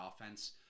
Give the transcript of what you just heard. offense